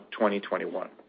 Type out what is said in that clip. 2021